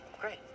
Great